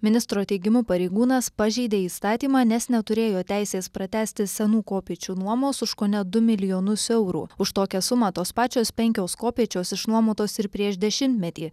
ministro teigimu pareigūnas pažeidė įstatymą nes neturėjo teisės pratęsti senų kopėčių nuomos už kone du milijonus eurų už tokią sumą tos pačios penkios kopėčios išnuomotos ir prieš dešimtmetį